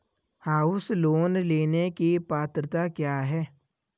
House loan लेने की पात्रता क्या है?